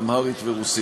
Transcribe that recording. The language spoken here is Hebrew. האמהרית והרוסית.